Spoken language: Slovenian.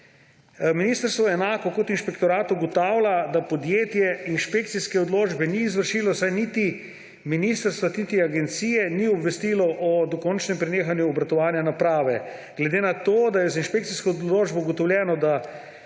Ministrstvo enako kot inšpektorat ugotavlja, da podjetje inšpekcijske odločbe ni izvršilo, saj niti ministrstva niti agencije ni obvestilo o dokončnem prenehanju obratovanja naprave. Glede na to, da je z inšpekcijsko odločbo ugotovljeno, da